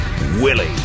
Willie